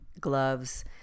gloves